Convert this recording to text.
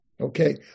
Okay